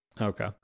Okay